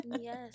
Yes